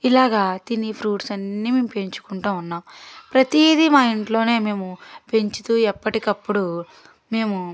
ఇలాగా తినే ఫ్రూట్స్ అన్ని మేము పెంచుకుంటూ ఉన్నాము ప్రతీదీ మా ఇంట్లోనే మేము పెంచుతూ ఎప్పటికప్పుడు మేము